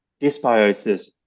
dysbiosis